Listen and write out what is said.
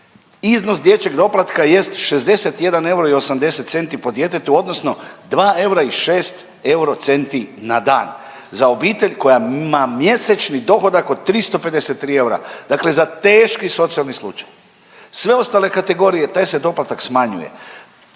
iznos dječjeg doplatka jest 61 euro i 80 centi po djetetu, odnosno 2 eura i 2 eurocenti na dan, za obitelj koja ima mjesečni dohodak od 353 eura, dakle za teški socijalni slučaj. Sve ostale kategorije, taj se doplatak smanjuje.